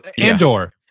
Andor